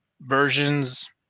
versions